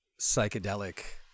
psychedelic